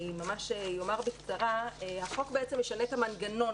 אני אומר בקצרה: החוק משנה את המנגנון